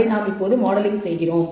அதை நாம் இப்போது மாடலிங் செய்கிறோம்